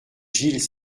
gilles